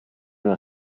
una